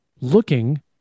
looking